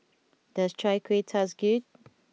does Chai Kueh taste good